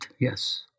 Yes